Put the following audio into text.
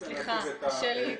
אני מייצג את המשטרה.